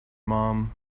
mum